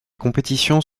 compétitions